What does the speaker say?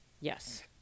yes